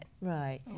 Right